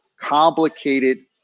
complicated